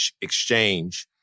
Exchange